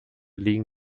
liegen